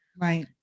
Right